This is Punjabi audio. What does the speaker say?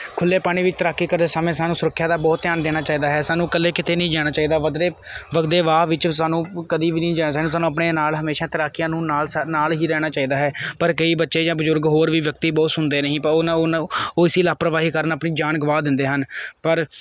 ਖੁੱਲੇ ਪਾਣੀ ਵਿੱਚ ਤੈਰਾਕੀ ਕਰਦੇ ਸਮੇਂ ਸਾਨੂੰ ਸੁਰੱਖਿਆ ਦਾ ਬਹੁਤ ਧਿਆਨ ਦੇਣਾ ਚਾਹੀਦਾ ਹੈ ਸਾਨੂੰ ਇਕੱਲੇ ਕਿਤੇ ਨਹੀਂ ਜਾਣਾ ਚਾਹੀਦਾ ਵਦਰੇ ਵਗਦੇ ਵਾਹ ਵਿੱਚ ਸਾਨੂੰ ਕਦੀ ਵੀ ਨਹੀਂ ਜਾਣਾ ਚਾਹੀਦਾ ਸਾਨੂੰ ਆਪਣੇ ਨਾਲ ਹਮੇਸ਼ਾ ਤੈਰਾਕੀਆਂ ਨੂੰ ਨਾਲ ਸਾ ਨਾਲ ਹੀ ਰਹਿਣਾ ਚਾਹੀਦਾ ਹੈ ਪਰ ਕਈ ਬੱਚੇ ਜਾਂ ਬਜ਼ੁਰਗ ਹੋਰ ਵੀ ਵਿਅਕਤੀ ਬਹੁਤ ਸੁਣਦੇ ਨਹੀ ਪਰ ਉਹ ਨਾ ਉਹ ਨਾ ਉਹ ਇਸੀ ਲਾਪਰਵਾਹੀ ਕਰਨਾ ਆਪਣੀ ਜਾਨ ਗਵਾ ਦਿੰਦੇ ਹਨ ਪਰ